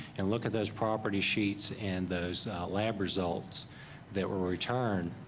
and look at those property sheets and those lab results that were returned.